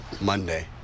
Monday